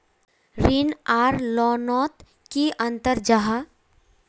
ऋण आर लोन नोत की अंतर जाहा?